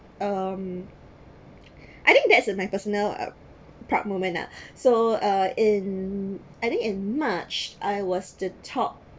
um I think that's uh my personnel uh proud moment ah so uh in I think in march I was to talk